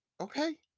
okay